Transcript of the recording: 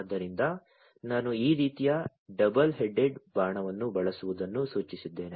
ಆದ್ದರಿಂದ ನಾನು ಈ ರೀತಿಯ ಡಬಲ್ ಹೆಡೆಡ್ ಬಾಣವನ್ನು ಬಳಸುವುದನ್ನು ಸೂಚಿಸಿದ್ದೇನೆ